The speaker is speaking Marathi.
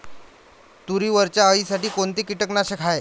तुरीवरच्या अळीसाठी कोनतं कीटकनाशक हाये?